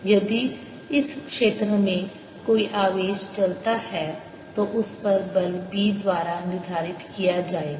यदि इस क्षेत्र में कोई आवेश चलता है तो उस पर बल B द्वारा निर्धारित किया जाएगा